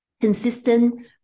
consistent